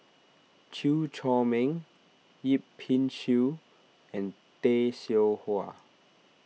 Chew Chor Meng Yip Pin Xiu and Tay Seow Huah